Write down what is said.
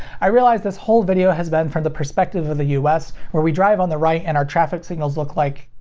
i realize this whole video has been from the perspective of the us, where we drive on the right and our traffic signals look like,